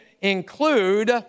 include